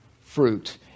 fruit